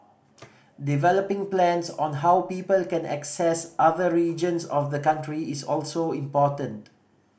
developing plans on how people can access other regions of the country is also important